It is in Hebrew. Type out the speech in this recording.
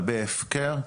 כלבי הפקר.